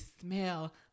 smell